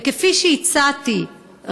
וכפי שהצעתי,